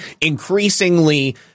increasingly